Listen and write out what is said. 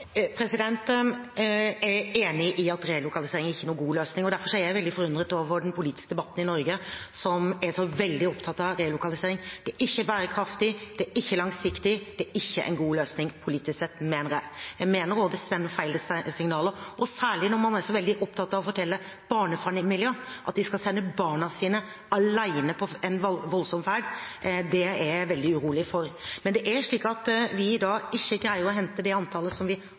Jeg er enig i at relokalisering ikke er noen god løsning. Derfor er jeg veldig forundret over den politiske debatten i Norge, som er så veldig opptatt av relokalisering. Det er ikke bærekraftig. Det er ikke langsiktig. Det er ikke en god løsning politisk sett, mener jeg. Jeg mener også det sender feil signaler, særlig når man er så veldig opptatt av å fortelle barnefamilier at de skal sende barna sine alene på en voldsom ferd. Det er jeg veldig urolig for. Men det er slik at vi i dag ikke greier å hente det antallet som vi